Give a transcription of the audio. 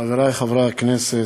חברי חברי הכנסת,